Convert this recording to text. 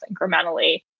incrementally